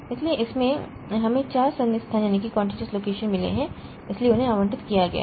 इसलिए इसमें हमें चार सन्निहित स्थान मिले हैं इसलिए उन्हें आवंटित किया गया है